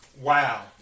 Wow